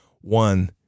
One